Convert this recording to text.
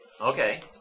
Okay